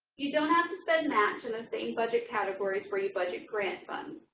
you don't have to spend match in the same budget categories where you budget grant funds.